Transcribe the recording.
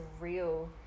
real